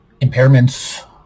impairments